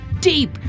deep